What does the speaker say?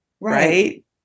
right